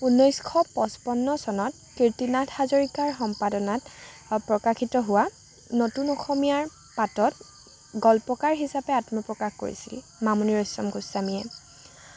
ঊনৈছশ পচপন্ন চনত কীৰ্তিনাথ হাজৰিকাৰ সম্পাদনাত প্ৰকাশিত হোৱা নতুন অসমীয়াৰ পাতত গল্পকাৰ হিচাপে আত্মপ্ৰকাশ কৰিছিল মামনি ৰয়ছম গোস্বামীয়ে